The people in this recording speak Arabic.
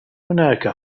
هناك